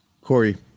Corey